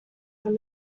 from